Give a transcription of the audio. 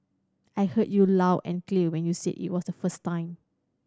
I heard you loud and clear when you said it was the first time